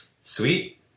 Sweet